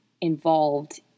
involved